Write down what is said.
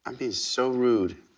i'm being so rude.